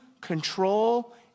control